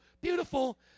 beautiful